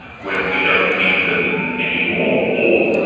when we don't need them anymore, or,